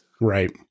Right